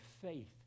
faith